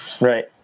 Right